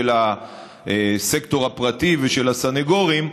של הסקטור הפרטי ושל הסנגורים,